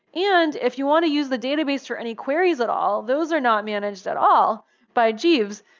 and if you want to use the database for any queries at all, those are not managed at all by jeeves.